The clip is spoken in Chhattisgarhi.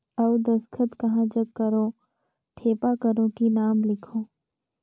अउ दस्खत कहा जग करो ठेपा करो कि नाम लिखो?